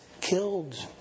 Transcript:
killed